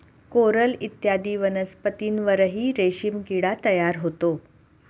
coral इत्यादी वनस्पतींवरही रेशीम किडा तयार होतो